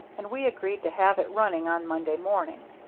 and we agreed to have it running on monday morning.